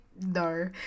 No